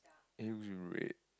is it red